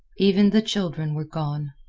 even the children were gone.